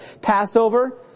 Passover